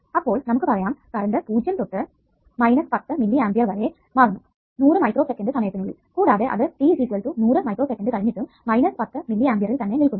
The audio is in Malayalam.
അപ്പോൾ നമുക്ക് പറയാം കറണ്ട് 0 തൊട്ട് 10 മില്ലി ആംപിയർ വരെ മാറുന്നു 100 മൈക്രോസെക്കൻഡ് സമയത്തിനുള്ളിൽ കൂടാതെ അത് t 100 മൈക്രോസെക്കൻഡ് കഴിഞ്ഞിട്ടും 10 മില്ലി ആംപിയറിൽ തന്നെ നില്കുന്നു